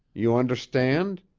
you understand?